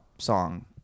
Song